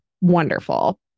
Wonderful